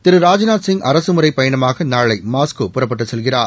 திரு ராஜ்நாத்சிங் அரசுமுறைப் பயணமாக நாளை மாஸ்கோ புறப்பட்டுச் செல்கிறார்